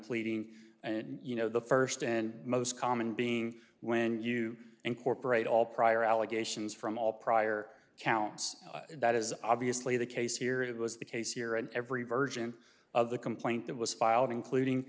pleading and you know the first and most common being when you incorporate all prior allegations from all prior counts that is obviously the case here it was the case here and every version of the complaint that was filed including